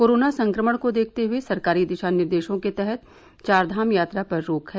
corona संक्रमण को देखते हुए सरकारी दिशा निर्देशों के तहत चार धाम यात्रा पर रोक है